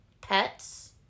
pets